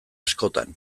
askotan